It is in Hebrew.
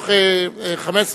מתוך 15